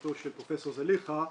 בתקופתו של פרופ' זליכה,